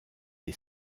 des